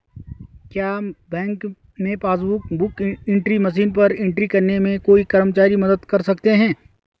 क्या बैंक में passbook book entry machine पर एंट्री करने में कोई कर्मचारी मदद कर सकते हैं?